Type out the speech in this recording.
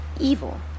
evil